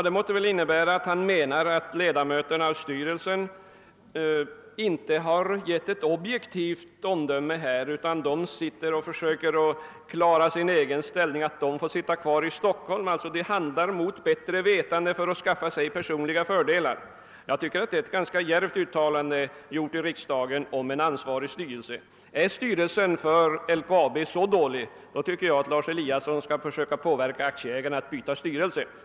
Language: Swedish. Det måste väl innebära att han menar att ledamöterna av styrelsen inte har avgivit ett objektivt omdöme, utan försöker ordna så att de själva får sitta kvar i Stockholm. De skulle alltså handla mot bättre vetande för att skaffa sig personliga fördelar. Jag tycker det är ett djärvt uttalande i riksdagen om en ansvarig styrelse. Är styrelsen för LKAB så dålig, bör Lars Eliasson försöka påverka aktieägarna att byta styrelse.